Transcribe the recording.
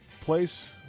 place